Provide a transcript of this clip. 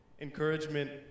encouragement